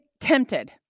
tempted